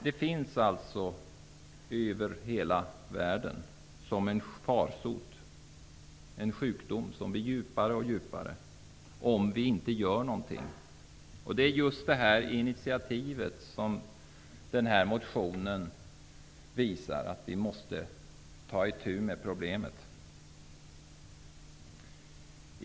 Den finns över hela världen som en farsot, en sjukdom som blir allvarligare och allvarligare om vi inte gör någonting. Det är just ett sådant initiativ som motionen visar att vi måste ta för att ta itu med problemet.